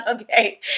Okay